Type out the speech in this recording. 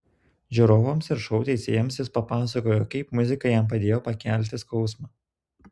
žiūrovams ir šou teisėjams jis papasakojo kaip muzika jam padėjo pakelti skausmą